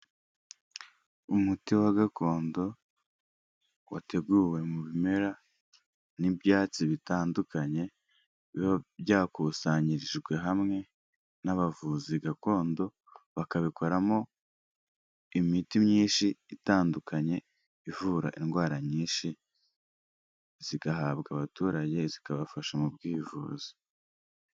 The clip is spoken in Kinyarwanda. Umuti wa gakondo wateguwe mu bimera n'ibyatsi bitandukanye biba byakusanyirijwe hamwe n'abavuzi gakondo bakabikoramo imiti myinshi itandukanye ivura indwara nyinshi zigahabwa abaturage zikabafasha mu bwivuzi.